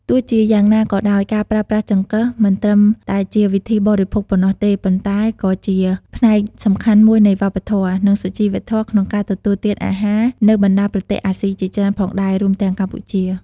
ទោះជាយ៉ាងណាក៏ដោយការប្រើប្រាស់ចង្កឹះ មិនត្រឹមតែជាវិធីបរិភោគប៉ុណ្ណោះទេ ប៉ុន្តែក៏ជាផ្នែកសំខាន់មួយនៃវប្បធម៌ និងសុជីវធម៌ក្នុងការទទួលទានអាហារនៅបណ្ដាប្រទេសអាស៊ីជាច្រើនផងដែរ រួមទាំងកម្ពុជា។